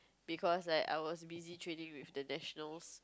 because like I was busy training with the nationals